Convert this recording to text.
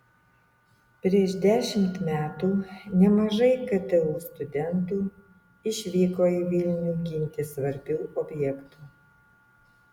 prieš dešimt metų nemažai ktu studentų išvyko į vilnių ginti svarbių objektų